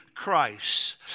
Christ